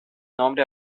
nombre